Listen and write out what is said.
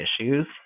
issues